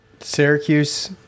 Syracuse